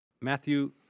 Matthew